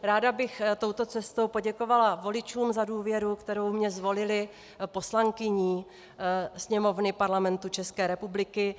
Ráda bych touto cestou poděkovala voličům za důvěru, kterou mě zvolili poslankyní Sněmovny Parlamentu České republiky.